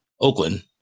Oakland